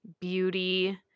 beauty